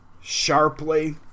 sharply